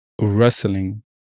wrestling